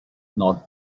not